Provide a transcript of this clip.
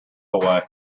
away